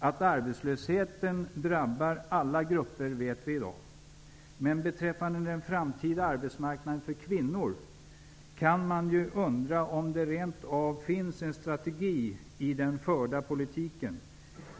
Att arbetslösheten drabbar alla grupper vet vi i dag, men beträffande den framtida arbetsmarknaden för kvinnor kan man ju undra om det rent av finns en strategi i den förda politiken.